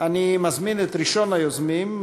אני מזמין את ראשון היוזמים,